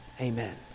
Amen